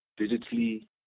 digitally